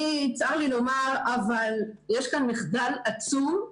צר לי לומר אבל יש כאן מחדל עצום,